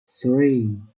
three